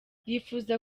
yifuza